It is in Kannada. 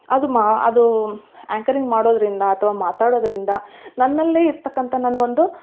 ಅದು ಮ ಅದು ಆ್ಯಂಕರಿಂಗ್ ಮಾಡೋದರಿಂದ ಅಥವಾ ಮಾತಾಡೋದರಿಂದ ನನ್ನಲ್ಲೆ ಇರ್ತಕ್ಕಂಥ ನನ್ನ ಒಂದು